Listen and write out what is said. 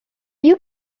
you